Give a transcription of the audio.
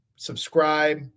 Subscribe